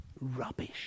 rubbish